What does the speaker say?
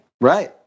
Right